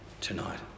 tonight